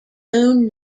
own